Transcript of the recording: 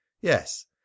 yes